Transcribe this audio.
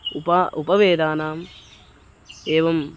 उपा उपवेदानाम् एवं